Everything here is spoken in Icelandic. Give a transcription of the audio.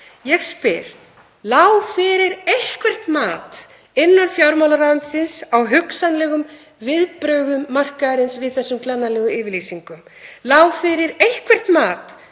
Ég spyr: Lá fyrir eitthvert mat innan fjármálaráðuneytisins á hugsanlegum viðbrögðum markaðarins við þessum glannalegu yfirlýsingum? Lá fyrir eitthvert mat